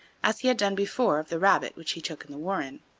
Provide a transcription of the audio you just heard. as he had done before of the rabbit which he took in the warren.